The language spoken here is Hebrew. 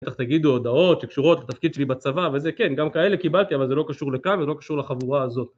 בטח תגידו ״הודעות שקשורות לתפקיד שלי בצבא וזה״ כן, גם כאלה קיבלתי אבל זה לא קשור לכאן ולא קשור לחבורה הזאת